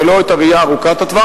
ולא את הראייה ארוכת הטווח,